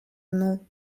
mną